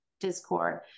discord